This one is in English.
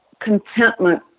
contentment